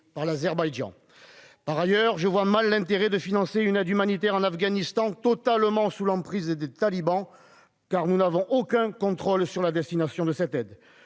par l'Azerbaïdjan. Par ailleurs, je vois mal l'intérêt de financer de l'aide humanitaire dans un Afghanistan totalement sous l'emprise des talibans, car nous n'avons aucun contrôle sur la destination de ces fonds.